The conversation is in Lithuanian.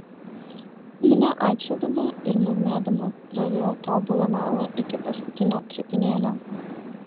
minia aikčiodama ir murmėdama prarijo tobulą melą iki paskutinio trupinėlio